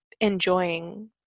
enjoying